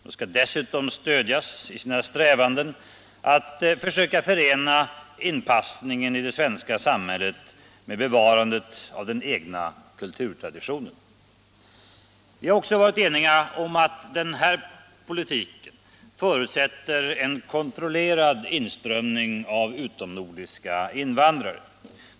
De skall dessutom stödjas i sina strävanden att förena inpassningen i det svenska samhället med bevarandet av den egna kulturtraditionen. Vi har också varit eniga om att den här politiken förutsätter en kontrollerad inströmning av utomnordiska invandrare.